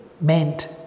meant